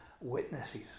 witnesses